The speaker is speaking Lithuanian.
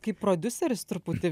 kaip prodiuseris truputį